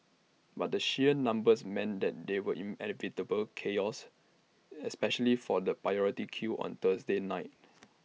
but the sheer numbers meant that there was inevitable chaos especially for the priority queue on Thursday night